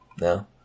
No